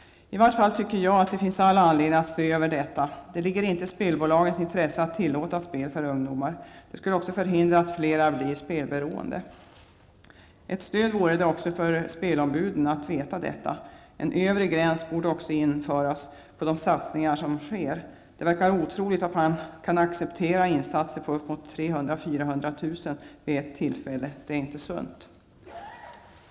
I varje fall tycker jag att det finns all anledning att se över detta. Det ligger inte i spelbolagens intresse att tillåta spel för ungdomar. Det skulle också förhindra att fler blir spelberoende. Ett stöd vore det också för spelombuden att veta detta. En övre gräns borde också införas för de satsningar som sker. Det verkar otroligt att man kan acceptera insatser på 300 000--400 000 vid ett tillfälle. Det är inte sunt.